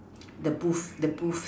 the booth the booth